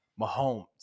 Mahomes